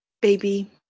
baby